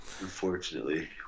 unfortunately